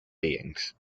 beings